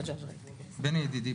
"בני ידידי,